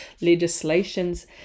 legislations